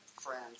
friends